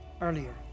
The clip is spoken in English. earlier